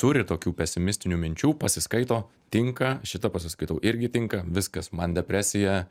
turi tokių pesimistinių minčių pasiskaito tinka šitą pasiskaitau irgi tinka viskas man depresija